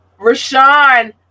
Rashawn